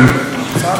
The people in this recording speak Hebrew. קודם כול,